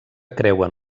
creuen